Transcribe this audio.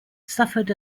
suffered